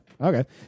okay